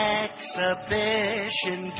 exhibition